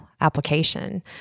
application